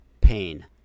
pain